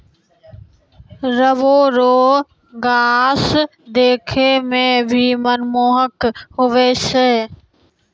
rubber रो गाछ देखै मे भी मनमोहक हुवै छै